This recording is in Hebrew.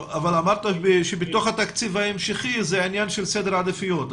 אבל אמרת שבתוך התקציב ההמשכי זה עניין של סדר עדיפויות.